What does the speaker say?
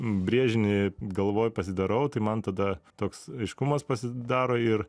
brėžinį galvoj pasidarau tai man tada toks aiškumas pasidaro ir